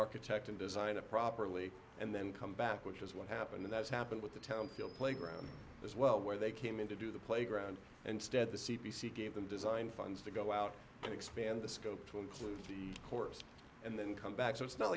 architect and design a properly and then come back which is what happened that's happened with the town feel playground as well where they came in to do the playground and stead the c b c gave them design funds to go out and expand the scope to include the course and then come back so it's not